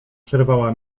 przerwała